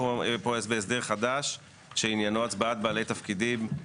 אנחנו פה בהסדר חדר שעניינו הצבעת בעלי תפקידים,